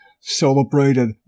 celebrated